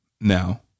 Now